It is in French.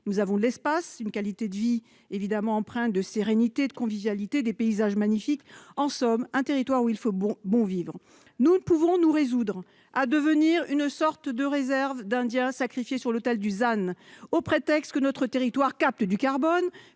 Nous avons de l'espace, une qualité de vie empreinte de sérénité et de convivialité, des paysages magnifiques ... En somme, c'est un territoire où il fait bon vivre. Il faut vivre dans le Lot ! Nous ne pouvons nous résoudre à devenir une sorte de réserve d'Indiens sacrifiés sur l'autel du ZAN, au prétexte que notre territoire capte du carbone